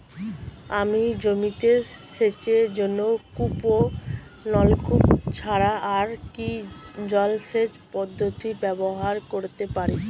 আমি জমিতে সেচের জন্য কূপ ও নলকূপ ছাড়া আর কি জলসেচ পদ্ধতি ব্যবহার করতে পারি?